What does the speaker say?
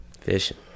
fishing